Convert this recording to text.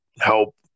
help